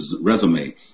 resume